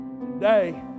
Today